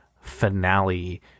finale